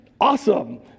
Awesome